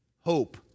hope